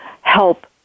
help